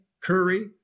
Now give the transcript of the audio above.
Curry